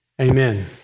Amen